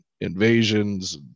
invasions